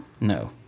No